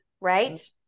right